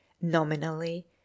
Nominally